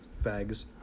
Fags